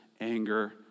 anger